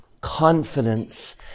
confidence